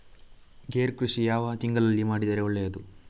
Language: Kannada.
ಗೇರು ಕೃಷಿ ಯಾವ ತಿಂಗಳಲ್ಲಿ ಮಾಡಿದರೆ ಒಳ್ಳೆಯದು?